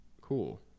Cool